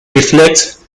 reflects